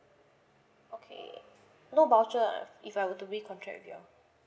okay no voucher ah if I were to be contract with you all